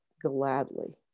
gladly